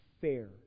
fair